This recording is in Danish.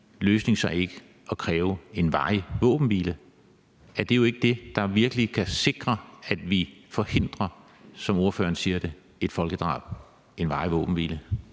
løsning så ikke at kræve en varig våbenhvile? Er det ikke det, der virkelig kan sikre, at vi forhindrer, som ordføreren siger det, et folkedrab, altså en varig våbenhvile?